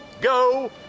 go